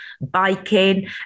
biking